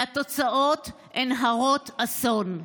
והתוצאות הן הרות אסון.